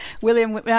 William